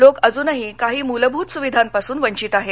लोकं अजूनही काही मूलभूत सुविधांपासून वंघित आहेत